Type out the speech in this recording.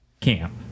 camp